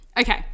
Okay